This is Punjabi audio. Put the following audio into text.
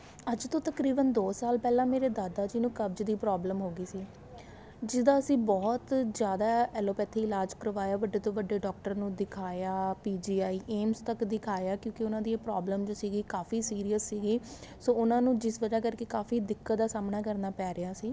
ਅੱਜ ਤੋਂ ਤਕਰੀਬਨ ਦੋ ਸਾਲ ਪਹਿਲਾਂ ਮੇਰੇ ਦਾਦਾ ਜੀ ਨੂੰ ਕਬਜ਼ ਦੀ ਪ੍ਰੋਬਲਮ ਹੋ ਗਈ ਸੀ ਜਿਹਦਾ ਅਸੀਂ ਬਹੁਤ ਜ਼ਿਆਦਾ ਐਲੋਪੈਥੀ ਇਲਾਜ ਕਰਵਾਇਆ ਵੱਡੇ ਤੋਂ ਵੱਡੇ ਡੋਕਟਰ ਨੂੰ ਦਿਖਾਇਆ ਪੀ ਜੀ ਆਈ ਏਮਸ ਤੱਕ ਦਿਖਾਇਆ ਕਿਉਂਕਿ ਉਹਨਾਂ ਦੀ ਇਹ ਪ੍ਰੋਬਲਮ ਜੋ ਸੀਗੀ ਕਾਫੀ ਸੀਰੀਅਸ ਸੀਗੀ ਸੋ ਉਹਨਾਂ ਨੂੰ ਜਿਸ ਵਜ੍ਹਾ ਕਰਕੇ ਕਾਫੀ ਦਿੱਕਤ ਦਾ ਸਾਹਮਣਾ ਕਰਨਾ ਪੈ ਰਿਹਾ ਸੀ